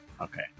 Okay